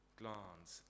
glance